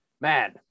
Man